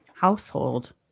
household